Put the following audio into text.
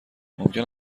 ممکن